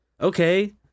Okay